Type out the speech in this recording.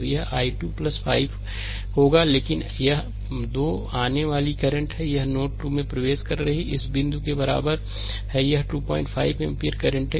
तो यह i 2 5 होगा हालांकि यह 2 आने वाली करंटहै ये नोड में प्रवेश कर रही हैं और इस 2 बिंदु के बराबर है यह 25 एम्पीयर करंट है